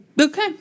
Okay